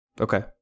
okay